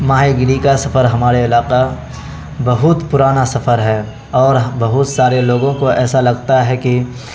ماہی گیری کا سفر ہمارے علاقہ بہت پرانا سفر ہے اور بہت سارے لوگوں کو ایسا لگتا ہے کہ